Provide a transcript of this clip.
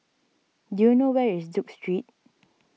do you know where is Duke Street